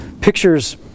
pictures